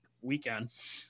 weekend